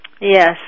Yes